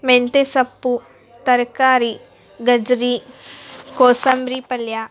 ಮೆಂತ್ಯ ಸೊಪ್ಪು ತರಕಾರಿ ಗಜ್ಜರಿ ಕೋಸಂಬರಿ ಪಲ್ಯ